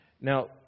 Now